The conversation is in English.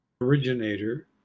originator